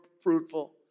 fruitful